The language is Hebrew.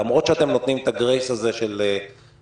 למרות שאתם נותנים את הגרייס הזה של מספר